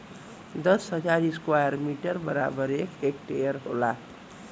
दस हजार square metre बराबर एक हेक्टेयर होला